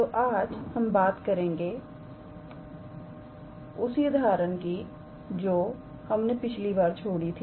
तोआज हम बात करेंगे उसी उदाहरण की जो हमने पिछली बार छोड़ी थी